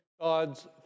God's